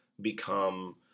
become